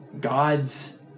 gods